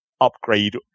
upgrade